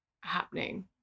happening